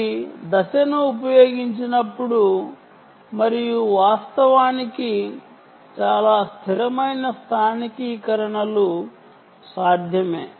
అవి దశను ఉపయోగించినప్పుడు మరియు వాస్తవానికి చాలా స్థిరమైన స్థానికీకరణలు సాధ్యమే